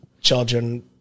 children